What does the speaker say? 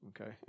okay